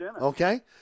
Okay